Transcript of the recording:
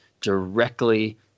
directly